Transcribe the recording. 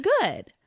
good